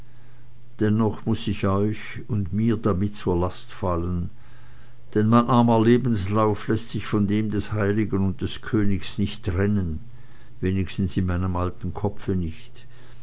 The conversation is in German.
dennoch muß ich damit euch und mir zur last fallen denn mein armer lebenslauf läßt sich von dem des heiligen und des königs nicht trennen wenigstens in meinem alten kopfe nicht